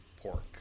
pork